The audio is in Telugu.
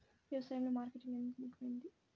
వ్యసాయంలో మార్కెటింగ్ ఎందుకు ముఖ్యమైనది?